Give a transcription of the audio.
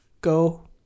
go